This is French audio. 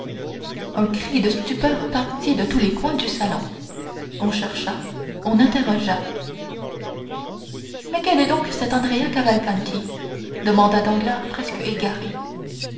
un cri de stupeur partit de tous les coins du salon on chercha on interrogea mais quel est donc cet andrea cavalcanti demanda danglars presque égaré